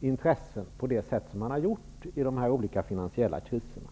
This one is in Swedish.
intressen i de olika finansiella kriserna.